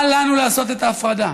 אל לנו לעשות את ההפרדה,